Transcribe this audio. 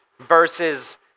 Versus